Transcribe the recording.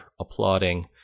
applauding